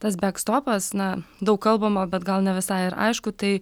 tas bekstopas na daug kalbama bet gal ne visai ir aišku tai